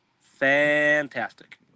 fantastic